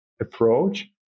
approach